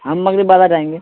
ہم مغرب بعد آ جائیں گے